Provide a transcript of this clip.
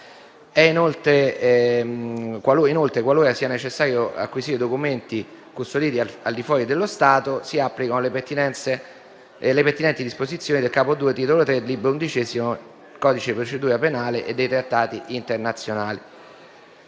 Inoltre, qualora sia necessario acquisire documenti custoditi al di fuori dello Stato, si applicano le pertinenti disposizioni del Capo II del Titolo III del Libro XI del codice di procedura penale e dei trattati internazionali.